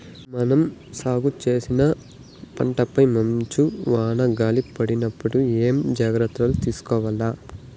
మనం సాగు చేసిన పంటపై మంచు, వాన, గాలి పడినప్పుడు ఏమేం జాగ్రత్తలు తీసుకోవల్ల?